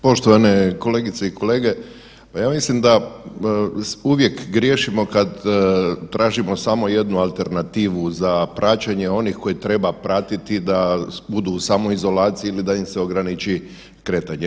Poštovane kolegice i kolege, pa ja mislim da uvijek griješimo kad tražimo samo jednu alternativu za praćenje onih koje treba pratiti da budu u samoizolaciji ili da im se ograniči kretanje.